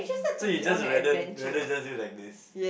so you'd just rather rather just do like this